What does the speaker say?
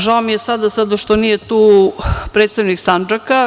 Žao mi je što sada nije tu predstavnik Sandžaka.